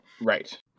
Right